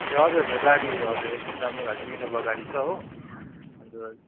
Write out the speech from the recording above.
ए हजुर हजुर गाडी हजुर एकदम राम्रो गाडी छ इनोभा गाडी छ हो अन्त